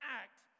act